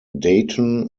dayton